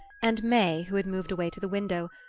and may, who had moved away to the window,